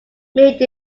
made